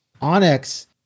Onyx